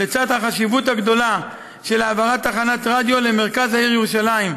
לצד החשיבות הגדולה של העברת תחנת רדיו למרכז העיר ירושלים,